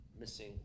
missing